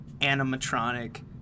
animatronic